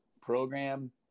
program